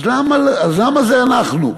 אז למה זה אנחנו?